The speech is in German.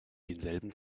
denselben